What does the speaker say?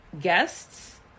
guests